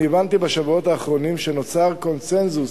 שהבנתי בשבועות האחרונים שנוצר קונסנזוס